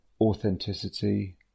authenticity